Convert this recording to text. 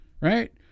right